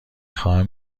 خواهم